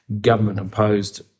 government-imposed